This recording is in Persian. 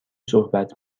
صحبت